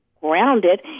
grounded